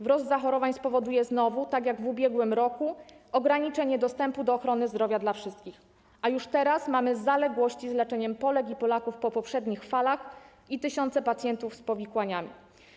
Wzrost zachorowań spowoduje znowu, tak jak w ubiegłym roku, ograniczenie dostępu do ochrony zdrowia dla wszystkich, a już teraz mamy zaległości w leczeniu Polek i Polaków po poprzednich falach i tysiące pacjentów z powikłaniami.